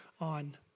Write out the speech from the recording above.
on